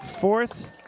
Fourth